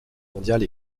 mondiale